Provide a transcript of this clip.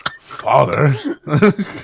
father